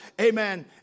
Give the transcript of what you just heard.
amen